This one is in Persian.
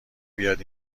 بیاد